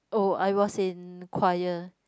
oh I was in choir